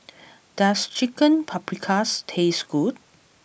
does Chicken Paprikas taste good